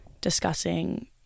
discussing